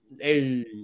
Hey